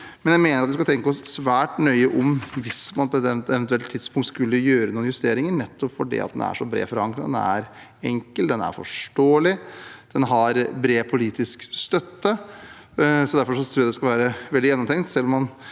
men jeg mener at vi skal tenke oss svært nøye om hvis man på et eventuelt tidspunkt skulle gjøre noen justeringer, nettopp fordi den er så bredt for ankret. Den er så enkel. Den er forståelig. Den har bred politisk støtte. Derfor tror jeg det skal være veldig gjennomtenkt,